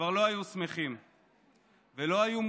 בילו ביחד וניהלו את חייהם בשלווה.